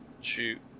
shoot